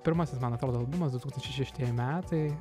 pirmasis mano albumas du tūkstančiai šeštieji metai